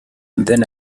then